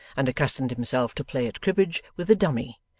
and accustomed himself to play at cribbage with a dummy,